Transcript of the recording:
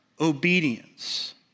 obedience